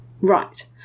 Right